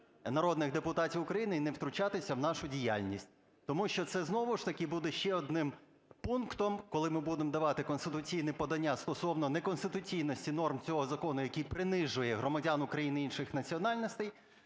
народних депутатів України і не втручатися в нашу діяльність, тому що це знову ж таки буде ще одним пунктом, коли ми будемо давати конституційні подання стосовно неконституційності норм цього закону, який принижує громадян України інших національностей.